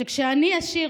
שכשאני אשיר,